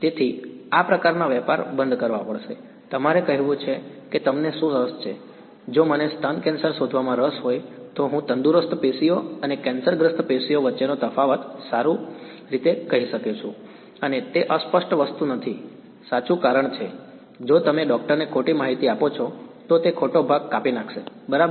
તેથી આ પ્રકારના વેપાર બંધ કરવા પડશે તમારે કહેવું છે કે તમને શું રસ છે જો મને સ્તન કેન્સર શોધવામાં રસ હોય તો હું તંદુરસ્ત પેશીઓ અને કેન્સરગ્રસ્ત પેશીઓ વચ્ચેનો તફાવત વધુ સારી રીતે કહી શકું અને તે અસ્પષ્ટ વસ્તુ નથી સાચું કારણ કે જો તમે ડોક્ટરને ખોટી માહિતી આપો છો તો તે ખોટો ભાગ કાપી નાખશે બરાબર